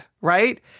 right